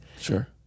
Sure